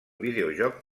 videojoc